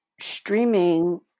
streaming